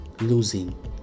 losing